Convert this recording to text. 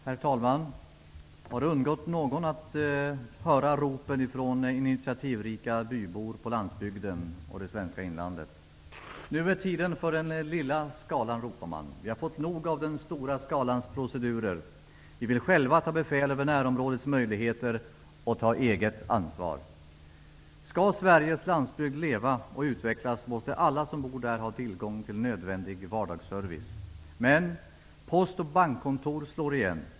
Herr talman! Har det undgått någon att höra ropen från initiativrika bybor på landsbygden och i det svenska inlandet? Man ropar: Nu är tiden inne för den lilla skalan! Vi har fått nog av den stora skalans procedurer! Vi vill själva ta befäl över närområdets möjligheter och ta eget ansvar! Om Sveriges landsbygd skall leva och utvecklas måste alla som bor där ha tillgång till nödvändig vardagsservice. Men post och bankkontor slår igen.